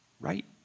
Right